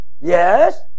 yes